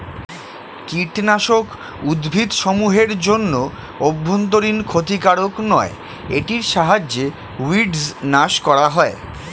কীটনাশক উদ্ভিদসমূহ এর জন্য অভ্যন্তরীন ক্ষতিকারক নয় এটির সাহায্যে উইড্স নাস করা হয়